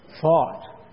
thought